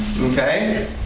Okay